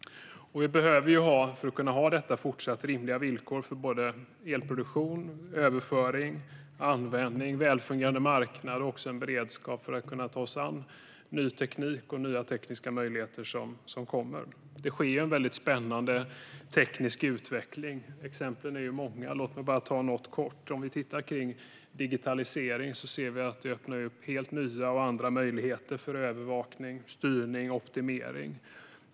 För att kunna bevara detta behöver vi fortsatt rimliga villkor för elproduktion, överföring och användning. Vi behöver ha en välfungerande marknad och en beredskap för att kunna ta oss an ny teknik och nya tekniska möjligheter som kommer. Det sker en väldigt spännande teknisk utveckling, där exemplen är många. Låt mig bara nämna något kort om det. Om vi tittar på digitaliseringen ser vi att den öppnar för helt nya och andra möjligheter gällande övervakning, styrning och optimering.